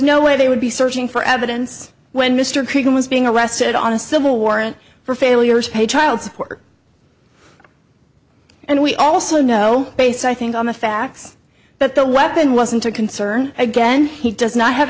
no way they would be searching for evidence when mr cregan was being arrested on a civil war and for failure to pay child support and we also know based i think on the facts but the weapon wasn't a concern again he does not have